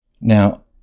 Now